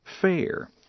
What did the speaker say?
fair